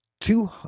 two